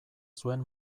zuen